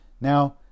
Now